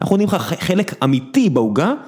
אנחנו נמכר חלק אמיתי בעוגה